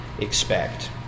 expect